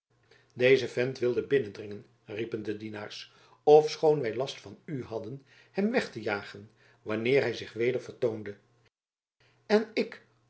deze vent wilde binnendringen riepen de dienaars ofschoon wij last van u hadden hem weg te jagen wanneer hij zich weder vertoonde en ik